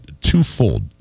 twofold